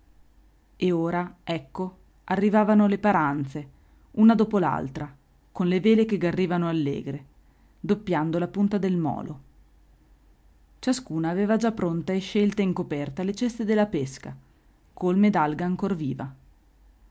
e ora ecco arrivavano le paranze una dopo l'altra con le vele che garrivano allegre doppiando la punta del molo ciascuna aveva già pronte e scelte in coperta le ceste della pesca colme d'alga ancor viva